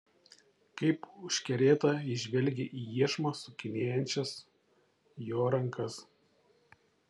kaip užkerėta ji žvelgė į iešmą sukinėjančias jo rankas